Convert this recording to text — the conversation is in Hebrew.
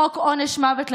חוק עונש מוות למחבלים.